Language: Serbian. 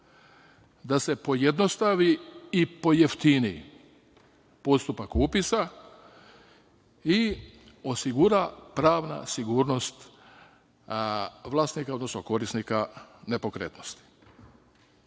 da se pojednostavi i pojeftini postupak upisa i osigura pravna sigurnost vlasnika, odnosno korisnika nepokretnosti. Poboljšanje